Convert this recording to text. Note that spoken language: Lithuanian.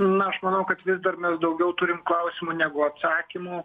na aš manau kad vis dar mes daugiau turim klausimų negu atsakymų